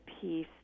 peace